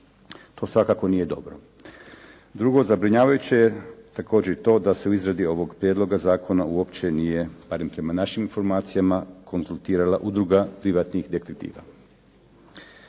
To svakako nije dobro. Drugo, zabrinjavajuće je također i to da se u izradi ovog prijedloga zakona uopće nije, barem prema našim informacijama konzultirala udruga privatnih detektiva